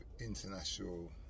international